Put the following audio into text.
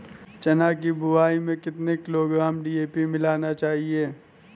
चना की बुवाई में कितनी किलोग्राम डी.ए.पी मिलाना चाहिए?